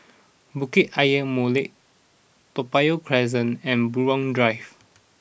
Bukit Ayer Molek Toa Payoh Crest and Buroh Drive